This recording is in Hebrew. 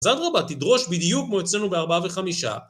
אז אדרבה, תדרוש בדיוק כמו אצלנו ב-4 ו-5